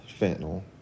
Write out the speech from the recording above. fentanyl